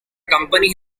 company